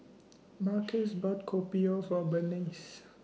Marques bought Kopi O For Berniece